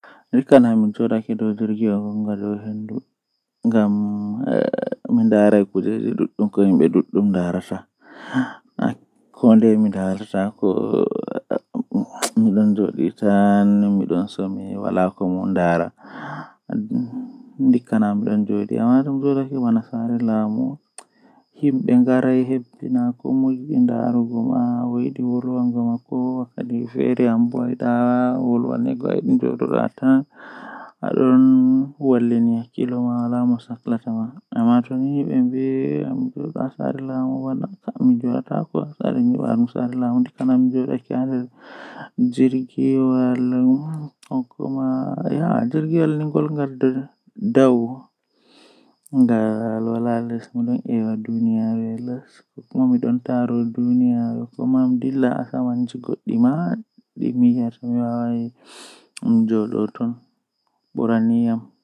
To ayidi dollugo geerade, Arandewol kam ahubba hiite awada ndiyam haa nder fande nden asakkina gerede ma haa nder a acca geraade man dolla dolla dolla jei wakkati sedda jam awara a itta dum.